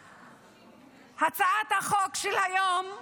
הצעת החוק של היום,